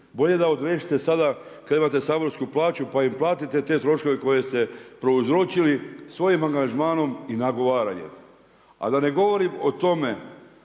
Bolje da odriješite sada kada imate saborsku plaću pa im platite te troškove koje ste prouzročili svojim angažmanom i nagovaranjem. A da ne govorim o tome